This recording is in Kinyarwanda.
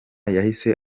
yahise